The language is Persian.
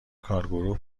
کارگروه